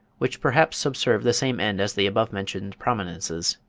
which perhaps subserve the same end as the above-mentioned prominences.